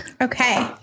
okay